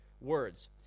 words